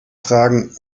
fragen